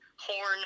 horn